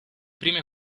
prime